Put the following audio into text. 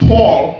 Paul